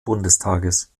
bundestages